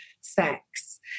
sex